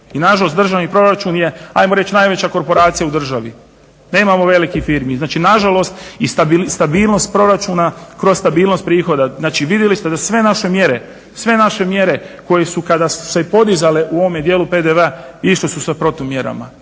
i nažalost državni proračun je ajmo reći najveća korporacija u državi. Nemamo velikih firmi, znači i stabilnost proračuna kroz stabilnost prihoda. Znači vidjeli ste da sve naše mjere koje su kada su se podizale u ovom dijelu PDV-a išle su sa protumjerama,